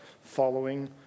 following